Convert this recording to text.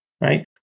right